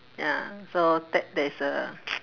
ya so that there is a